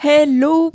Hello